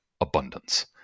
abundance